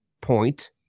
point